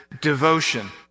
devotion